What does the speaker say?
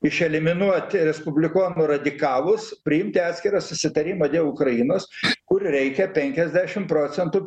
išeliminuoti respublikonų radikalus priimti atskirą susitarimą dėl ukrainos kur reikia penkiasdešim procentų